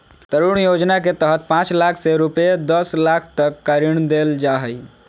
तरुण योजना के तहत पांच लाख से रूपये दस लाख तक का ऋण देल जा हइ